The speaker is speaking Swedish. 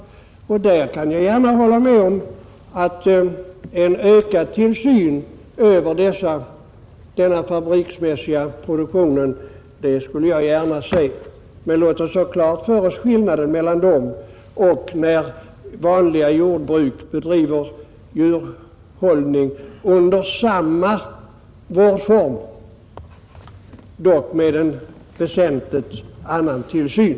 Jag kan hålla med om att man gärna skulle se en ökad tillsyn över denna fabriksmässiga produktion, men låt oss vara på det klara med skillnaden i förhållande till den djurhållning som vanliga jordbruk bedriver under samma vårdform, dock med en väsentligt annan tillsyn.